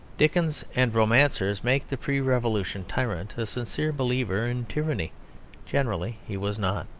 dickens and romancers make the pre-revolution tyrant a sincere believer in tyranny generally he was not.